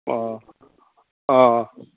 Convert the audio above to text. অঁ অঁ অঁ